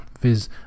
viz